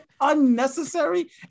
unnecessary